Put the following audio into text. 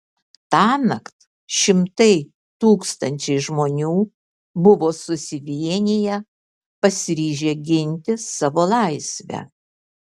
tąnakt šimtai tūkstančiai žmonių buvo susivieniję pasiryžę ginti savo laisvę